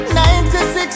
96